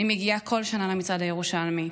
אני מגיעה כל שנה למצעד הירושלמי.